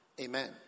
Amen